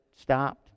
Stopped